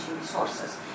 resources